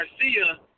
Garcia